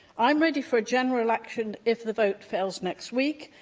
i'm ready for a general election if the vote fails next week,